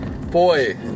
boy